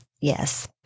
Yes